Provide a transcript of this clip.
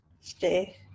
stay